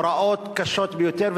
הוראות קשות ביותר,